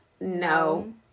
No